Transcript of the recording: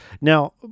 Now